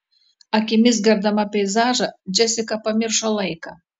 akimis gerdama peizažą džesika pamiršo laiką